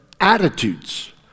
attitudes